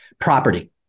property